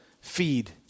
feed